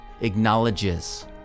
acknowledges